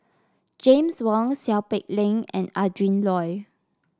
James Wong Seow Peck Leng and Adrin Loi